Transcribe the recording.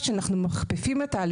כשאנחנו מסתכלים על העתיד אנחנו